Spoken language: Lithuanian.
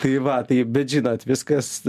tai va tai bet žinot viskas